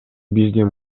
биздин